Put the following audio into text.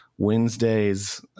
Wednesdays